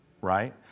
right